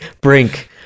brink